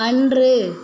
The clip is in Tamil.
அன்று